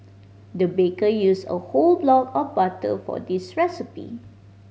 the baker used a whole block of butter for this recipe